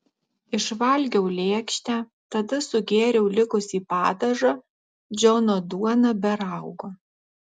išvalgiau lėkštę tada sugėriau likusį padažą džono duona be raugo